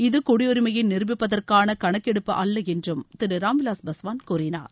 இது குடியுரிமையைநிருபிட்பதற்கானகணக்கெடுப்பு அல்லஎன்றும் திருராம்விலாஸ் பஸ்வான் கூறினார்